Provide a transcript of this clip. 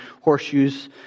horseshoes